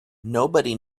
nobody